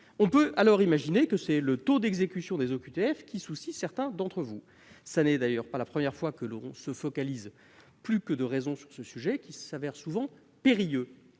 On peut alors imaginer que c'est le taux d'exécution des OQTF qui préoccupe certains d'entre vous, mes chers collègues. Cela n'est d'ailleurs pas la première fois que l'on se focalise plus que de raison sur ce sujet, qui se révèle souvent périlleux.